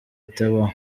itabaho